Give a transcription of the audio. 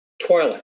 toilet